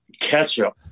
Ketchup